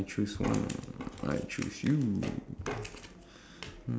okay I'll start with the least interesting one